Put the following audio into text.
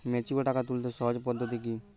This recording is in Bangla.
ম্যাচিওর টাকা তুলতে সহজ পদ্ধতি কি?